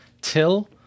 Till